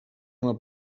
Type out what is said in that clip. una